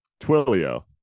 Twilio